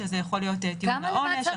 שזה יכול להיות טיעון לעונש,